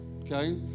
okay